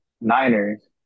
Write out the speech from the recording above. Niners